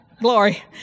Glory